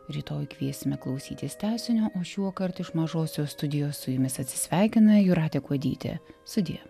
rytoj kviesime klausytis tęsinio o šiuokart iš mažosios studijos su jumis atsisveikina jūratė kuodytė sudie